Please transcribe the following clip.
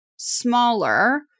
smaller